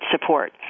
support